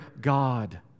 God